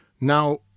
now